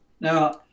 Now